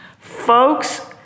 Folks